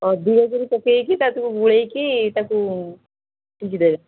ଅଧିକାକିରି ପକେଇକି ତାକୁ ଗୁଳେଇକି ତାକୁ ଛିଞ୍ଚିଦେବେ